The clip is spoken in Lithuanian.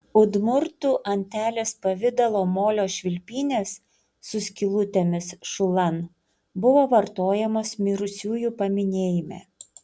udmurtų antelės pavidalo molio švilpynės su skylutėmis šulan buvo vartojamos mirusiųjų paminėjime